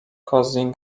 causing